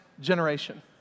generation